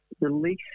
release